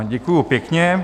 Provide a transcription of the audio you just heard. Děkuji pěkně.